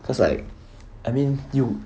because like I mean you